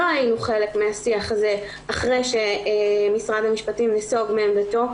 לא היינו חלק מהשיח הזה אחרי שמשרד המשפטים נסוג מעמדתו,